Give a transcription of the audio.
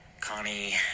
Connie